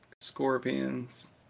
Scorpions